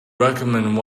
recommend